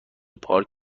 پارک